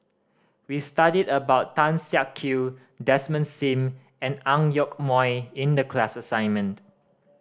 we studied about Tan Siak Kew Desmond Sim and Ang Yoke Mooi in the class assignment